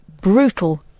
brutal